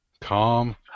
Calm